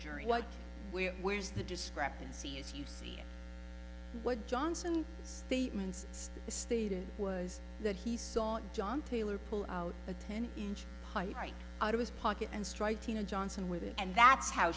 jury what we where's the discrepancy is you see what johnson statements stated was that he saw john taylor pull out a ten inch height right out of his pocket and strike tina johnson with it and that's how